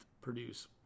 produce